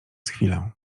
chwilę